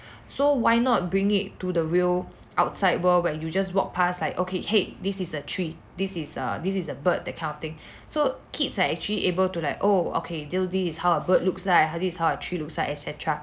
so why not bring it to the real outside world where you just walk pass like okay hey this is a tree this is a this is a bird that kind of thing so kids are actually able to like oh okay tell this is how a bird looks like this is how a tree looks like et cetera